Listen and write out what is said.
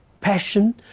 passion